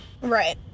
Right